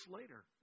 later